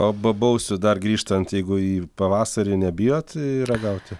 o bobausių dar grįžtant jeigu į pavasarį nebijot ragauti